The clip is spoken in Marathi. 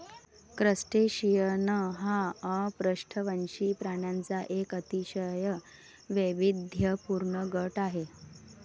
क्रस्टेशियन हा अपृष्ठवंशी प्राण्यांचा एक अतिशय वैविध्यपूर्ण गट आहे